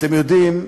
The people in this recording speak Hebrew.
אתם יודעים,